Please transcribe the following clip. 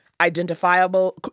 identifiable